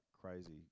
crazy